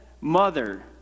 mother